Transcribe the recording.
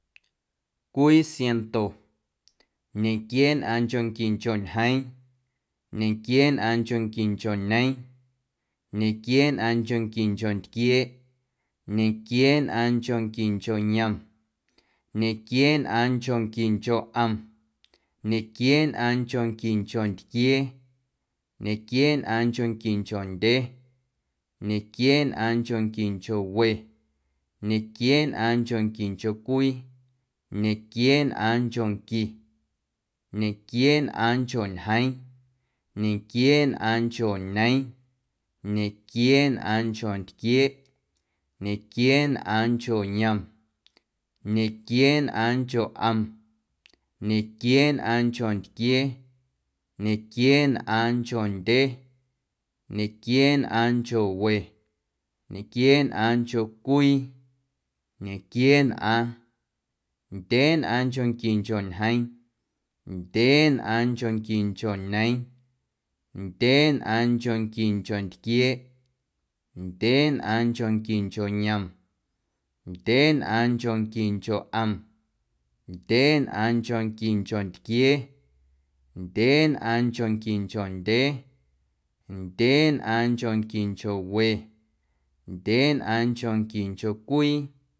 Cwii siaⁿnto, ñequieenꞌaaⁿnchonquincho ñjeeⁿ, ñequieenꞌaaⁿnchonquincho ñeeⁿ, ñequieenꞌaaⁿnchonquincho ntquieeꞌ, ñequieenꞌaaⁿnchonquincho yom, ñequieenꞌaaⁿnchonquincho ꞌom, ñequieenꞌaaⁿnchonquincho ntquiee, ñequieenꞌaaⁿnchonquincho ndyee, ñequieenꞌaaⁿnchonquincho we, ñequieenꞌaaⁿnchonquincho cwii, ñequieenꞌaaⁿnchonqui, ñequieenꞌaaⁿncho ñjeeⁿ, ñequieenꞌaaⁿncho ñeeⁿ, ñequieenꞌaaⁿncho ntquieeꞌ, ñequieenꞌaaⁿncho yom, ñequieenꞌaaⁿncho ꞌom, ñequieenꞌaaⁿncho ntquiee, ñequieenꞌaaⁿncho ndyee, ñequieenꞌaaⁿncho we, ñequieenꞌaaⁿncho cwii, ñequieenꞌaaⁿ, ndyeenꞌaaⁿnchonquincho ñjeeⁿ, ndyeenꞌaaⁿnchonquincho ñeeⁿ, ndyeenꞌaaⁿnchonquincho ntquieeꞌ, ndyeenꞌaaⁿnchonquincho yom, ndyeenꞌaaⁿnchonquincho ꞌom, ndyeenꞌaaⁿnchonquincho ntquiee, ndyeenꞌaaⁿnchonquincho ndyee, ndyeenꞌaaⁿnchonquincho we, ndyeenꞌaaⁿnchonquincho cwii.